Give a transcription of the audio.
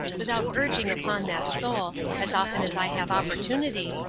without urging upon that soul, as often as i have opportunity,